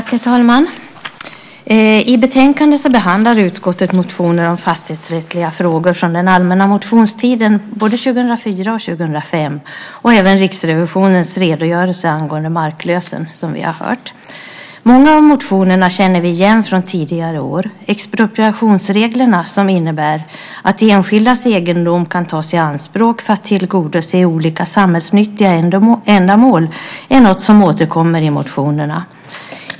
Herr talman! I betänkandet behandlar utskottet motioner om fastighetsrättsliga frågor från den allmänna motionstiden både 2004 och 2005. Även Riksrevisionens redogörelse angående marklösen behandlas, som vi har hört. Många av motionerna känner vi igen från tidigare år. Expropriationsreglerna, som innebär att enskildas egendom kan tas i anspråk för att tillgodose olika samhällsnyttiga ändamål, är något som återkommer i motionerna.